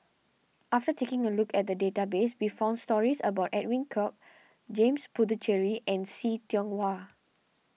after taking a look at the database we found stories about Edwin Koek James Puthucheary and See Tiong Wah